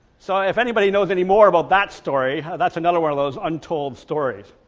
so if anybody knows any more about that story that's another one of those untold stories.